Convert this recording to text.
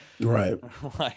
Right